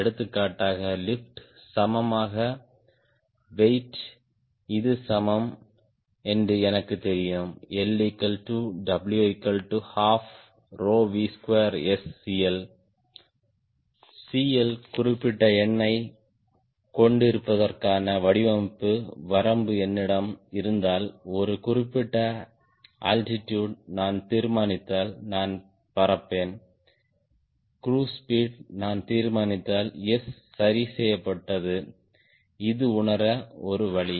எடுத்துக்காட்டாக லிப்ட் சமமாக வெயிட் இது சமம் என்று எனக்குத் தெரியும் LW12V2SCL CL குறிப்பிட்ட எண்ணைக் கொண்டிருப்பதற்கான வடிவமைப்பு வரம்பு என்னிடம் இருந்தால் ஒரு குறிப்பிட்ட அல்டிடுட் நான் தீர்மானித்தால் நான் பறப்பேன் க்ருஸ் ஸ்பீட் நான் தீர்மானித்தால் S சரி செய்யப்பட்டது இது உணர ஒரு வழி